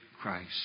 Christ